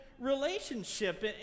relationship